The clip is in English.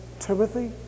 Timothy